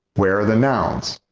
where are the nouns?